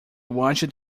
watched